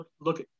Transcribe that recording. look